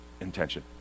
intention